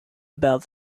about